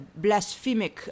blasphemic